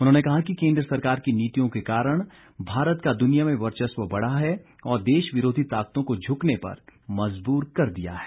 उन्होंने कहा कि केंद्र सरकार की नीतियों के कारण भारत का दुनिया में वर्चस्व बढ़ा है और देश विरोधी ताकतों को झुकने पर मजबूर कर दिया है